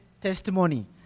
testimony